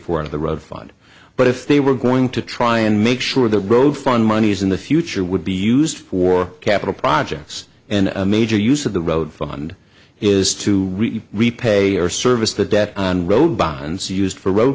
road fund but if they were going to try and make sure the road fund monies in the future would be used for capital projects and a major use of the road fund is to repay or service the debt on road bonds used for road